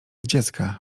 dziecka